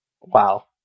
Wow